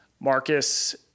Marcus